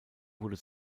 wurde